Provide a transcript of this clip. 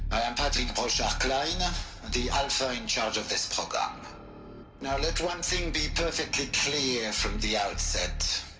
i am patrick brochard-klein. ah the alpha in charge of this program now let one thing be perfectly clear from the outset.